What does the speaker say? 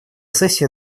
сессия